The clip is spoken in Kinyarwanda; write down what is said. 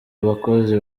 abakozi